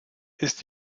ist